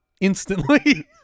instantly